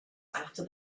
after